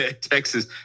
Texas